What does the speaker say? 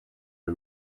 who